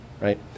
Right